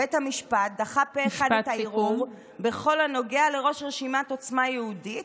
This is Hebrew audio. בית המשפט דחה פה אחד את הערעור בכל הנוגע לראש רשימת עוצמה יהודית,